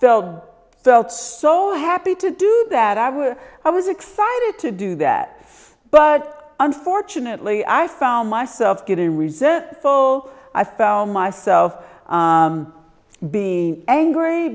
felt so happy to do that i would i was excited to do that but unfortunately i found myself getting resentful i found myself being angry